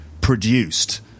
produced